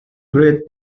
great